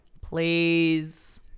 Please